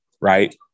right